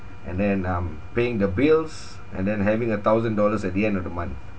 and then um paying the bills and then having a thousand dollars at the end of the month